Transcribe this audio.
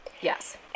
Yes